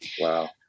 Wow